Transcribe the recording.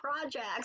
projects